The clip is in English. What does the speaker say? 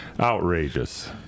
outrageous